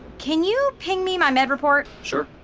can you ping me my med report? sure